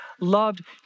loved